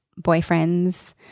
boyfriends